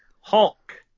Hulk